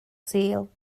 sul